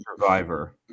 survivor